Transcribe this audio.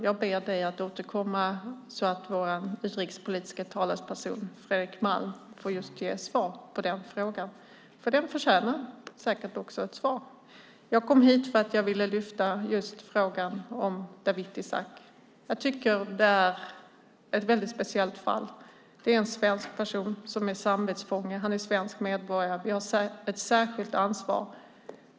Jag ber dig, Hans, att återkomma i frågan till vår utrikespolitiska talesperson Fredrik Malm som får ge ett svar på din fråga som säkert förtjänar ett svar. Jag kom hit därför att jag ville lyfta fram frågan om Dawit Isaac - ett väldigt speciellt fall. En svensk person är samvetsfånge. Dawit Isaac är svensk medborgare så vi har ett särskilt ansvar.